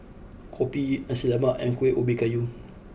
Kopi Nasi Lemak and Kuih Ubi Kayu